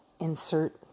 insert